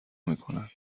میکنند